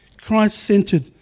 Christ-centered